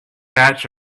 batch